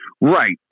Right